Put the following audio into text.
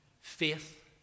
faith